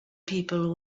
people